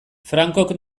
francok